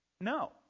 No